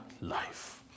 life